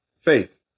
Faith